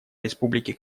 республики